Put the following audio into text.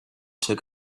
took